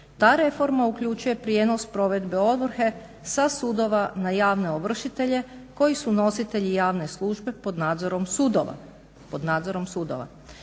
Ta reforma uključuje prijenos provedbe ovrhe sa sudova na javne ovršitelje koji su nositelji javne službe pod nadzorom sudova.